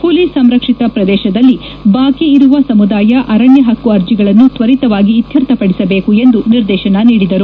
ಹುಲಿ ಸಂರಕ್ಷಿತ ಪ್ರದೇಶದಲ್ಲಿ ಬಾಕಿ ಇರುವ ಸಮುದಾಯ ಅರಣ್ಯ ಪಕ್ಕು ಅರ್ಜಿಗಳನ್ನು ತ್ವರಿತವಾಗಿ ಇತ್ತರ್ಥಪಡಿಸಬೇಕು ಎಂದು ನಿರ್ದೇಶನ ನೀಡಿದರು